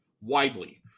Widely